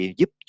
giúp